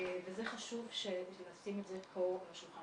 --- וזה חשוב שנשים את זה פה על השולחן